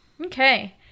Okay